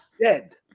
Dead